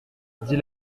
dit